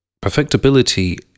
perfectibility